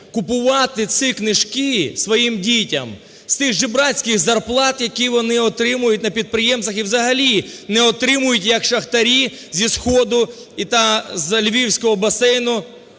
купувати ці книжки своїм дітям з цих жебрацьких зарплат, які вони отримують на підприємствах і взагалі не отримують як шахтарі зі сходу та з Львівського басейну,